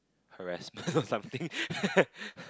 harassment or something